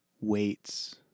Weights